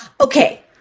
Okay